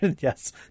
yes